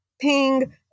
ping